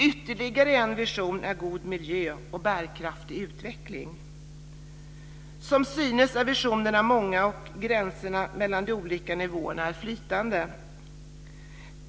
Ytterligare en vision är god miljö och bärkraftig utveckling. Som synes är visionerna många, och gränserna mellan de olika nivåerna är flytande.